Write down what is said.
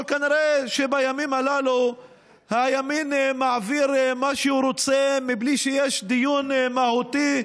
אבל כנראה שבימים הללו הימין מעביר מה שהוא רוצה בלי שיש דיון מהותי,